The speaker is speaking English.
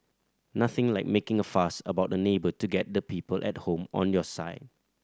nothing like making a fuss about a neighbour to get the people at home on your side